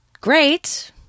great